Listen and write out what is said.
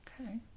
okay